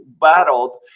battled